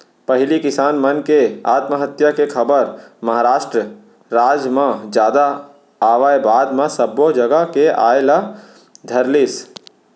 पहिली किसान मन के आत्महत्या के खबर महारास्ट राज म जादा आवय बाद म सब्बो जघा के आय ल धरलिस